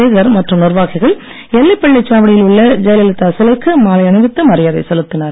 சேகர் மற்றும் நிர்வாகிகள் எல்லைப்பிள்ளைச்சாவடி யில் உள்ள ஜெயலலிதா சிலைக்கு மாலை அணிவித்து மரியாதை செலுத்தினர்